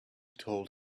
told